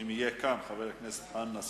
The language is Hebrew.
אם יהיה כאן, חבר הכנסת חנא סוייד,